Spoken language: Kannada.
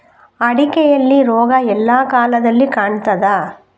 ಅಡಿಕೆಯಲ್ಲಿ ರೋಗ ಎಲ್ಲಾ ಕಾಲದಲ್ಲಿ ಕಾಣ್ತದ?